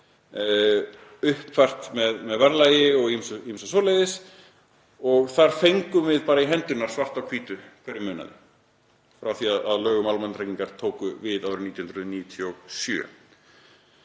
uppfært með verðlagi og fleiru, og þar fengum við í hendurnar svart á hvítu hverju munaði frá því að lög um almannatryggingar tóku við árið 1997.